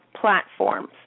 platforms